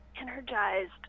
energized